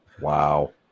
Wow